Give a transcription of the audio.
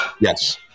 Yes